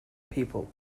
people